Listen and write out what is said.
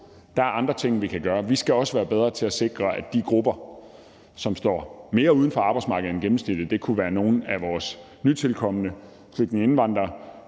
der er andre ting, vi kan gøre. Vi skal også være bedre til at sikre, at de grupper, som står mere uden for arbejdsmarkedet end gennemsnittet, er med. Det kunne være nogle af vores nytilkomne, flygtninge og indvandrere,